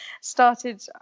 started